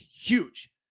huge